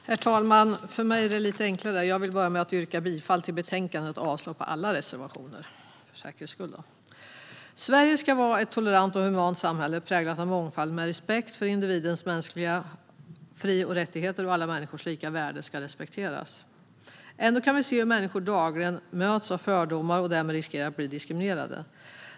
Herr talman! Jag vill börja med att yrka bifall till utskottets förslag i betänkandet och avslag på alla reservationer. Sverige ska vara ett tolerant och humant samhälle, präglat av mångfald och med respekt för individens mänskliga fri och rättigheter. Alla människors lika värde ska respekteras. Ända kan vi se hur människor dagligen möts av fördomar och därmed riskerar att bli diskriminerade.